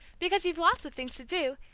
because you've lots of things to do,